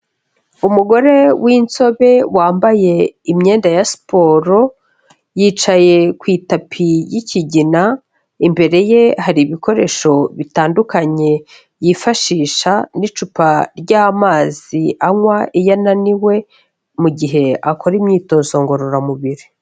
Umugore w'inzobe wambaye imyenda ya siporo, yicaye ku itapi y'ikigina, imbere ye hari ibikoresho bitandukanye yifashisha n'icupa ry'amazi anywa iyo ananiwe mu gihe akora imyitozo ngororamubiri.